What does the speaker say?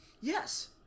Yes